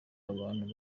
abantu